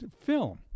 film